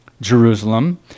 Jerusalem